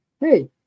hey